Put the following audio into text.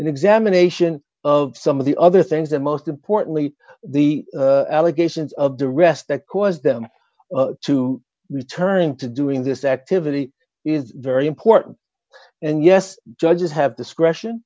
an examination of some of the other things and most importantly the allegations of the rest that caused them to returning to doing this activity is very important and yes judges have discretion